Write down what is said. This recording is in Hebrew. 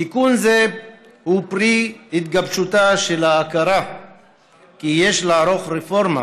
תיקון זה הוא פרי התגבשותה של ההכרה שיש לערוך רפורמה